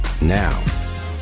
now